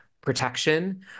protection